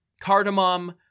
cardamom